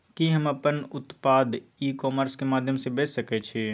कि हम अपन उत्पाद ई कॉमर्स के माध्यम से बेच सकै छी?